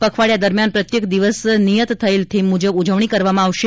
પખવાડિયા દરમ્યાન પ્રત્યેક દિવસ નિયત થયેલ થીમ મુજબ ઉજવણી કરવામાં આવશે